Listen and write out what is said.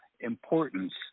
importance